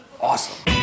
awesome